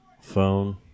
Phone